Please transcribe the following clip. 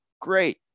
Great